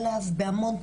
זה עלה כאן.